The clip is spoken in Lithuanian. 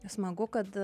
smagu kad